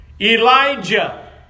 Elijah